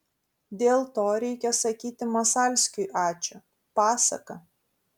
dėl to reikia sakyti masalskiui ačiū pasaka